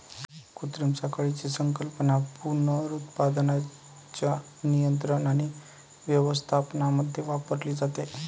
कृत्रिम साखळीची संकल्पना पुनरुत्पादनाच्या नियंत्रण आणि व्यवस्थापनामध्ये वापरली जाते